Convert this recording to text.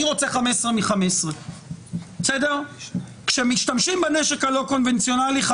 רוצה 15 מתוך 15. כאשר משתמשים בנשק הלא קונבנציונאלי,